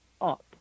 up